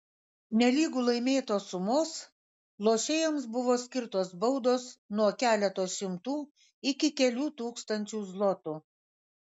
nelygu laimėtos sumos lošėjams buvo skirtos baudos nuo keleto šimtų iki kelių tūkstančių zlotų